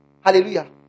hallelujah